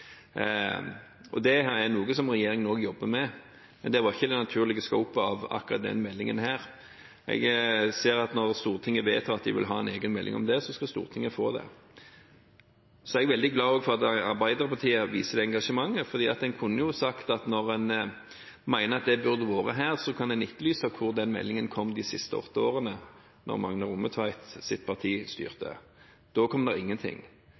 Det er noe som regjeringen også jobber med, men det var ikke det naturlige som skulle opp i akkurat denne meldingen. Når Stortinget vedtar at de vil ha en egen melding om det, skal Stortinget få det. Så er jeg også veldig glad for at Arbeiderpartiet viser engasjement, for en kunne jo sagt at når en mener at det burde vært her, kan en etterlyse når en slik melding kom de siste åtte årene da Magne Rommetveits parti styrte. Da kom